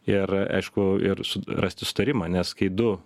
ir aišku ir su rasti sutarimą nes kai du